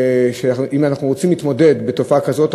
אם אנחנו רוצים להתמודד עם תופעה כזאת,